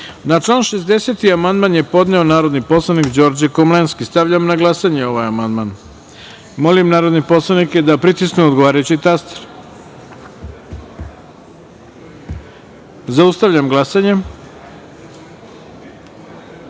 i član 65. amandman, sa ispravkom, podneo je narodni poslanik Đorđe Komlenski. Stavljam na glasanje ovaj amandman. Molim narodne poslanike da pritisnu odgovarajući taster. Zaustavljam glasanje: